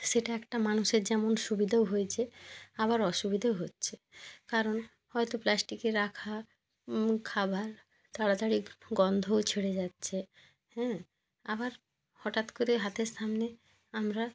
সেটা একটা মানুষের যেমন সুবিধেও হয়েছে আবার অসুবিধেও হচ্ছে কারণ হয়তো প্লাস্টিকে রাখা খাবার তাড়াতাড়ি গন্ধও ছেড়ে যাচ্ছে হ্যাঁ আবার হঠাৎ করে হাতের সামনে আমরা